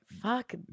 Fuck